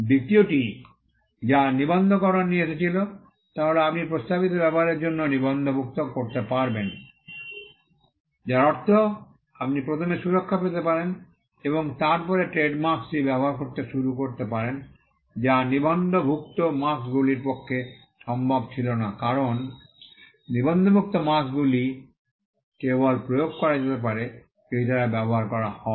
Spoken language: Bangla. দ্বিতীয়টি যা নিবন্ধকরণ নিয়ে এসেছিল তা হল আপনি প্রস্তাবিত ব্যবহারের জন্যও নিবন্ধভুক্ত করতে পারবেন যার অর্থ আপনি প্রথমে সুরক্ষা পেতে পারেন এবং তারপরে ট্রেড মার্ক্স্ টি ব্যবহার শুরু করতে পারেন যা নিবন্ধভুক্ত মার্ক্স্ গুলির পক্ষে সম্ভব ছিল না কারণ নিবন্ধভুক্ত মার্ক্স্ গুলি কেবল প্রয়োগ করা যেতে পারে যদি তারা ব্যবহার করা হয়